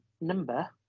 Number